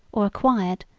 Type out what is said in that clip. or acquired,